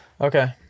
Okay